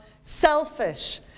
selfish